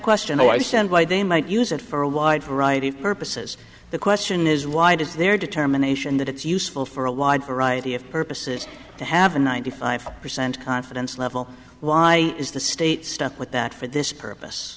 them might use it for a wide variety of purposes the question is why it is their determination that it's useful for a wide variety of purposes to have a ninety five percent confidence level why is the state stuck with that for this purpose